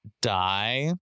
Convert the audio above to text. die